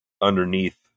underneath